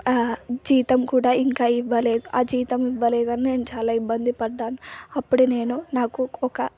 జీతం కూడా ఇంకా ఇవ్వలేదు ఆ జీతం ఇవ్వలేదని నేను చాలా ఇబ్బంది పడ్డాను అప్పుడే నేను నాకు ఒక